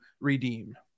redeem